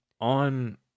on